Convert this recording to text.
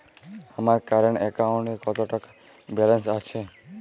আমার কারেন্ট অ্যাকাউন্টে কত টাকা ব্যালেন্স আছে?